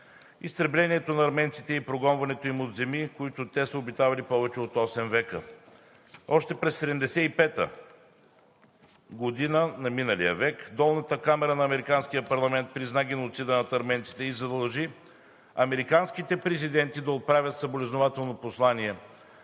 изтреблението на арменците и прогонването им от земи, в които те са обитавали повече от осем века. Още през 1975 г. на миналия век Долната камара на Американския парламент призна геноцида над арменците и задължи американските президенти да отправят съболезнователно послание